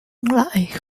lại